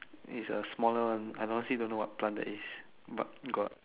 it's a smaller one I honestly don't know what plant that is